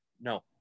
No